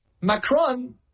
Macron